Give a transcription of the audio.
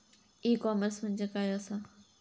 E commerce म्हणजे काय असा?